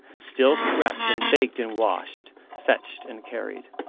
still swept and baked and washed, fetched and carried.